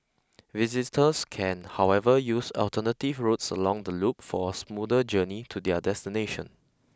visitors can however use alternative routes along the loop for a smoother journey to their destination